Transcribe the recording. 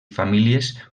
famílies